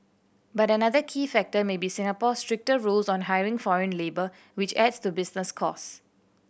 but another key factor may be Singapore's stricter rules on hiring foreign labour which adds to business costs